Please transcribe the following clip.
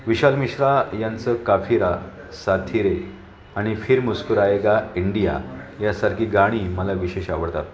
विशाल मिश्रा यांचं काफिरा साथी रे आणि फिर मुस्कुराएगा इंडिया यासारखी गाणी मला विशेष आवडतात